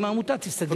האם העמותה תיסגר?